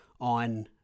on